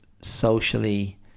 socially